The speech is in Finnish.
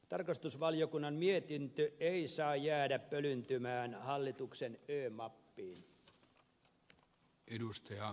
tarkastusvaliokunnan mietintö ei saa jäädä pölyyntymään hallituksen ö mappiin